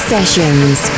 Sessions